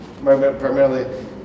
primarily